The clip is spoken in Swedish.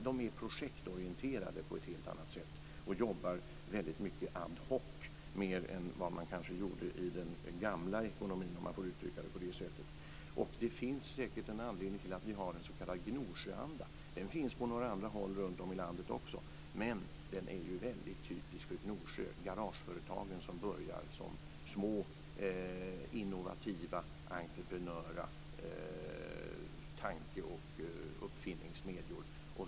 De är projektorienterade på ett helt annat sätt och jobbar väldigt mycket mer ad hoc än vad man kanske gjorde i den gamla ekonomin, om man får uttrycka det på det sättet. Det finns säkert en anledning till att vi har en s.k. Gnosjöanda. Den finns också på några andra håll runtom i landet. Men den är väldigt typisk för Gnosjö. Där finns garageföretagen som börjar som små innovativa entreprenörskap, som tanke och uppfinningssmedjor.